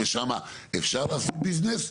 ושם אפשר לעשות ביזנס.